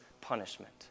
punishment